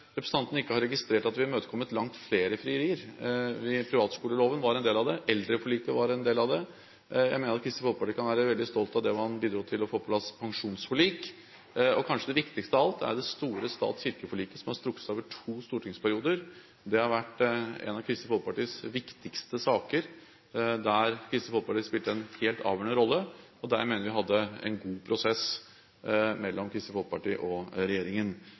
representanten Eriksen ikke har registrert at vi har imøtekommet langt flere frierier – privatskoleloven var del av det, eldreforliket var en del av det. Jeg mener at Kristelig Folkeparti kan være veldig stolt av at de bidro til å få på plass et pensjonsforlik. Kanskje det viktigste av alt er det store stat–kirke-forliket, som har strukket seg over to stortingsperioder. Det har vært en av Kristelig Folkepartis viktigste saker, der Kristelig Folkeparti har spilt en helt avgjørende rolle. Der mener jeg vi hadde en god prosess mellom Kristelig Folkeparti og regjeringen.